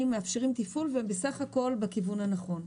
ומאפשרים טיפול ובסך הכול בכיוון הנכון.